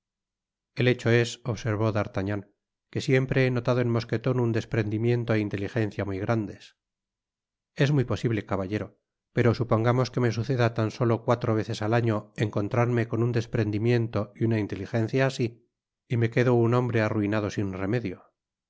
el hecho es observó dartagnan que siempre he notado en mosqueton ud desprendimiento é inteligencia muy grandes es muy posible caballero pero supongamos que me suceda tan solo cuatro veces al año encontrarme con un desprendimiento y una inteligencia asi y me quedo un hombre arruinado sin remedio